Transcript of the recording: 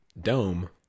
dome